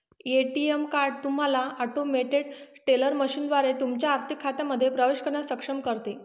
ATM card तुम्हाला automated teller मशीनद्वारे तुमच्या आर्थिक खात्यांमध्ये प्रवेश करण्यास सक्षम करते